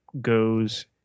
goes